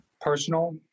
personal